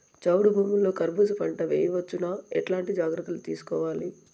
చౌడు భూముల్లో కర్బూజ పంట వేయవచ్చు నా? ఎట్లాంటి జాగ్రత్తలు తీసుకోవాలి?